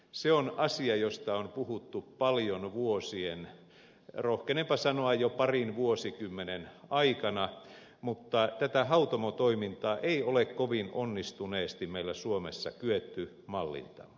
se on asia josta on puhuttu paljon vuosien rohkenenpa sanoa jo parin vuosikymmenen aikana mutta tätä hautomotoimintaa ei ole kovin onnistuneesti meillä suomessa kyetty mallintamaan